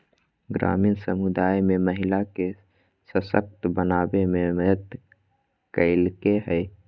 ग्रामीण समुदाय में महिला के सशक्त बनावे में मदद कइलके हइ